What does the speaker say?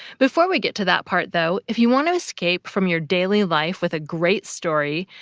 before we get to that part though, if you want to escape from your daily life with a great story,